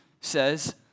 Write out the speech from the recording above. says